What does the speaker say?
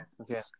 Okay